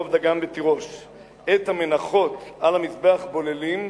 דגן ותירוש"; את המנחות על המזבח בוללים בשמן,